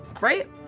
Right